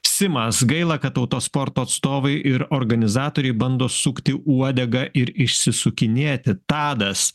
simas gaila kad autosporto atstovai ir organizatoriai bando sukti uodegą ir išsisukinėti tadas